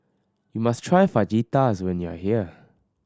you must try Fajitas when you are here